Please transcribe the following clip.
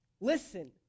Listen